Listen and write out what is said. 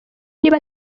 niba